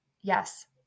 Yes